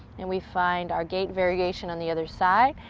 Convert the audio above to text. and we find our gate variation on the other side.